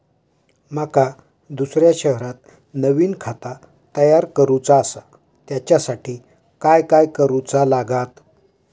माका दुसऱ्या शहरात नवीन खाता तयार करूचा असा त्याच्यासाठी काय काय करू चा लागात?